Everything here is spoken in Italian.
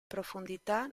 profondità